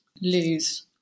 lose